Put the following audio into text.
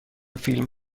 فیلم